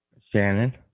Shannon